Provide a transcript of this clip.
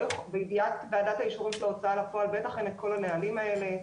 בידיעת ועדת האישורים של ההוצאה לפועל בטח אין את כל הנהלים האלה.